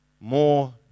more